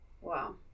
wow